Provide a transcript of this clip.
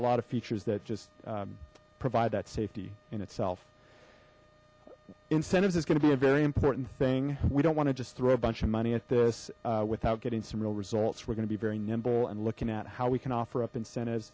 a lot of features that just provide that safety in itself incentives is going to be a very important thing we don't want to just throw a bunch of money at this without getting some real results we're going to be very nimble and looking at how we can offer up incentive